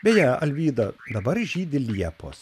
beje alvyda dabar žydi liepos